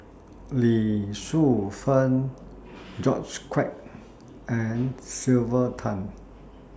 Lee Shu Fen George Quek and Sylvia Tan